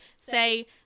Say